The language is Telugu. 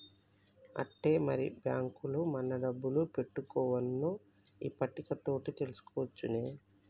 ఆట్టే మరి బాంకుల మన డబ్బులు పెట్టుకోవన్నో ఈ పట్టిక తోటి తెలుసుకోవచ్చునే